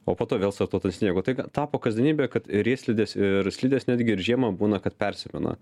o po to vėl startuot ant sniego tai tapo kasdienybe kad riedslidės ir slidės netgi ir žiemą būna kad persipina